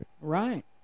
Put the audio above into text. Right